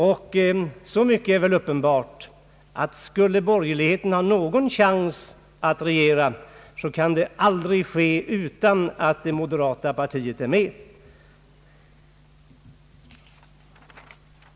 Men så mycket är väl uppenbart att om borgerligheten skulle ha någon chans att regera, så kan det aldrig ske utan att det moderata partiet är med.